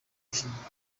ishingiro